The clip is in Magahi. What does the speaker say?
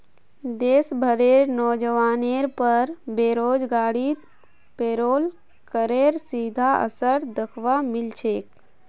देश भरेर नोजवानेर पर बेरोजगारीत पेरोल करेर सीधा असर दख्वा मिल छेक